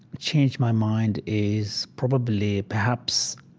changed my mind is probably perhaps